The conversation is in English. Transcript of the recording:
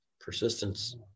Persistence